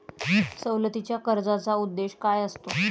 सवलतीच्या कर्जाचा उद्देश काय असतो?